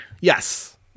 Yes